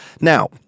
Now